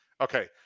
Okay